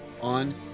on